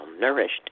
nourished